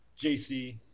JC